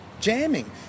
jamming